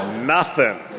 nothing.